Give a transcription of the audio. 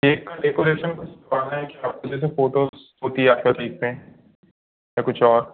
cake का decoration कुछ करवाना है क्या आपको जैसे फोटोज़ होती है आज कल देखते हैं या कुछ और